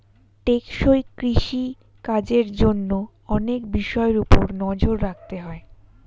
টেকসই কৃষি কাজের জন্য অনেক বিষয়ের উপর নজর রাখতে হয়